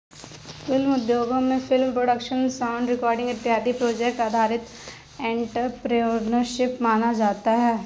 film उद्योगों में film production sound recording इत्यादि प्रोजेक्ट आधारित एंटरप्रेन्योरशिप माना जाता है